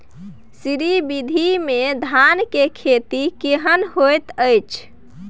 श्री विधी में धान के खेती केहन होयत अछि?